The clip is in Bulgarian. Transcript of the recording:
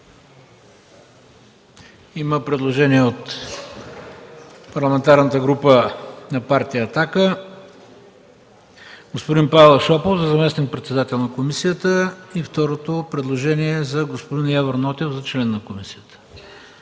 Има предложение от Парламентарната група на Партия „Атака”: господин Павел Шопов – за заместник-председател на комисията, и второто предложение за господин Явор Нотев – за член на комисията.